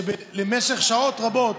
שבמשך שעות רבות